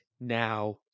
now